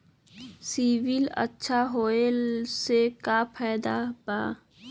CIBIL अच्छा होऐ से का फायदा बा?